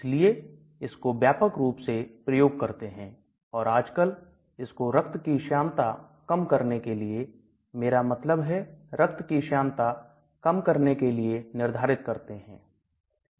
इसलिए इसको व्यापक रूप से प्रयोग करते हैं और आजकल इसको रक्त की श्यानता कम करने के लिए मेरा मतलब है रक्त की श्यानता कम करने के लिए निर्धारित करते हैं